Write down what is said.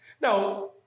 Now